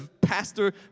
Pastor